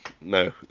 no